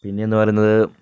പിന്നെന്നു പറയുന്നത്